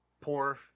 Poor